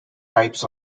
types